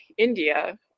india